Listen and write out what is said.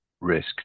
risk